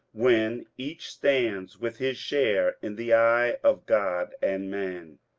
when each stands with his share in the eye of god and man!